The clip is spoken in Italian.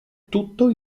tutto